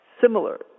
similar